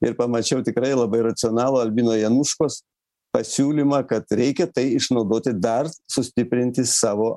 ir pamačiau tikrai labai racionalų albino januškos pasiūlymą kad reikia tai išnaudoti dar sustiprinti savo